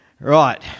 Right